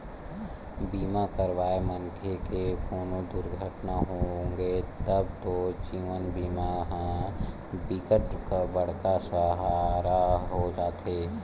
बीमा करवाए मनखे के कोनो दुरघटना होगे तब तो जीवन बीमा ह बिकट बड़का सहारा हो जाते